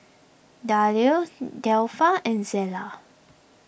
Dayle Delpha and Zela